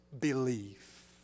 belief